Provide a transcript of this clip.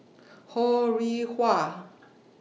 Ho Rih Hwa